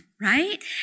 right